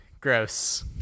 Gross